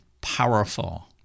powerful